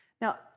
Now